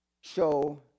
show